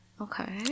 okay